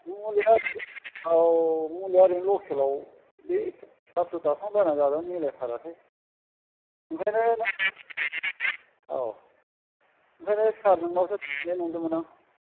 मुलिया औ मुलिया ओरैनो लखेलाव बे फिसा फिसौ डाक्टार नाव बायनानै जानाया मेलायथारासै ओंखाइनो औ ओंखाइनो सार नोंनावसो थुजाहैनो नंदोंमोन आं